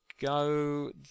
go